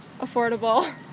affordable